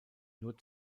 nur